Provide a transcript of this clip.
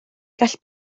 gall